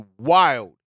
wild